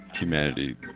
humanity